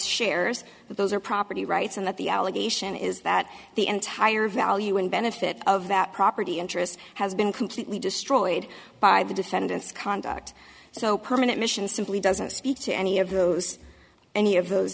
shares those are property rights and that the allegation is that the entire value and benefit of that property interest has been completely destroyed by the defendant's conduct so permanent mission simply doesn't speak to any of those any of those